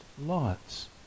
lots